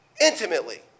intimately